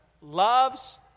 loves